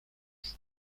nous